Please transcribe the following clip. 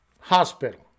Hospital